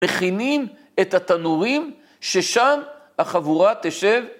‫מכינים את התנורים ששם החבורה תשב.